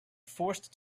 forced